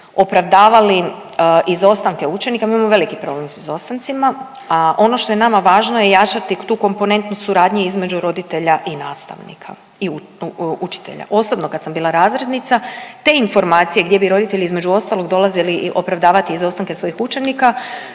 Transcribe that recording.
opravdavali izostanke učenika, mi imamo veliki problem sa izostancima. A ono što je nama važno je jačati tu komponentnu suradnju između roditelja i nastavnika i učitelja. Osobno kad sam bila razrednica te informacije gdje bi roditelji između ostalog dolazili opravdavati izostanke svojih učenika